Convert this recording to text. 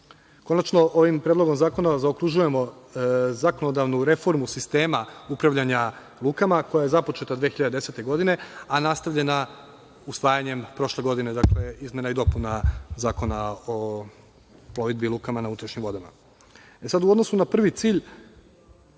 rekama. Konačno, ovim Predlogom zakona zaokružujemo zakonodavnu reformu sistema upravljanja lukama koja je započeta 2010. godine, a nastavljena usvajanjem, prošle godine, izmena i dopuna Zakona o plovidbi i lukama na unutrašnjim vodama.U odnosu na prvi cilj,